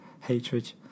hatred